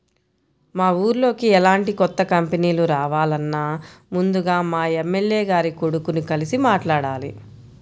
మా ఊర్లోకి ఎలాంటి కొత్త కంపెనీలు రావాలన్నా ముందుగా మా ఎమ్మెల్యే గారి కొడుకుని కలిసి మాట్లాడాలి